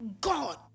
God